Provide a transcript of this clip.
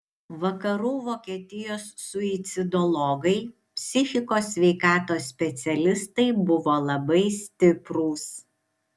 vakarų vokietijos suicidologai psichikos sveikatos specialistai buvo labai stiprūs